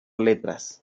letras